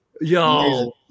Yo